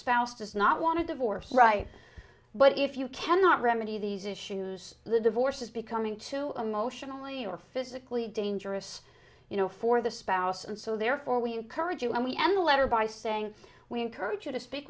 spouse does not want to divorce right but if you cannot remedy these issues the divorce is becoming too emotionally or physically dangerous you know for the spouse and so therefore we encourage you and we end the letter by saying we encourage you to speak